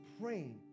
Praying